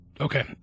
okay